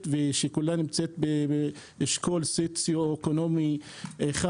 ושכולה נמצאת באשכול סוציו-אקונומי 1,